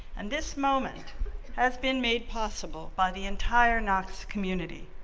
and this moment has been made possible by the entire knox community,